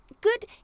good